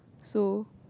so